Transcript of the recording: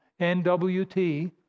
NWT